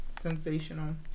Sensational